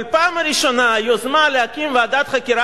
אבל בפעם הראשונה היוזמה להקים ועדת חקירה